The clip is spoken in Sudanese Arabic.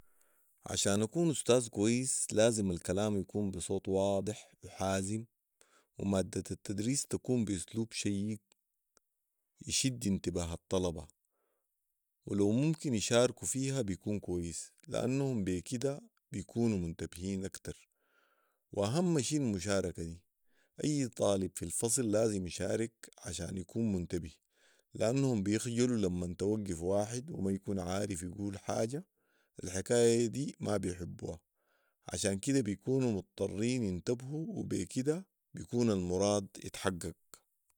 عشان اكون استاذ كويس لازم الكلام يكون بصوت واضح وحازم وومادة التدريس تكون باسلوب شيق يشد انتباه الطلبه ولو ممكن يشاركوا فيها بيكون كويس لانهم بي كده بيكونوا منتبهين اكتر واهم شي المشاركه دي اي طالب في الفصل لازم يشارك عشان يكون منتبه لانهم بيخجلوا لمن توقف واحد وما يكون عارف يقول حاجه الحكايه دي ما بيحبوها عشان كده بيكونوا مضطريين ينتبهوا وبي كده بيكون المراد اتحقق